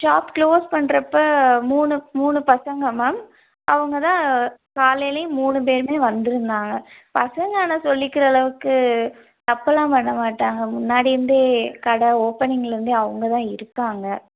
shop close பண்றப்போ மூணு மூணு பசங்க மேம் அவங்கதான் காலைலேயும் மூணு பேருமே வந்துருந்தாங்க பசங்க ஆனால் சொல்லிக்கிற அளவுக்கு தப்புலாம் பண்ண மாட்டாங்க முன்னாடிருந்தே கடை ஓப்பெனிங்லேருந்தே அவங்கதான் இருக்காங்க